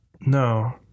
No